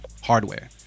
hardware